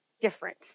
different